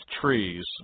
trees